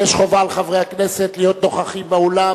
חובה על חברי הכנסת להיות נוכחים באולם.